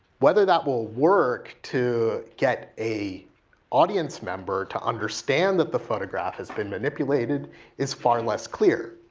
whether that will work to get a audience member to understand that the photograph has been manipulated is far less clear.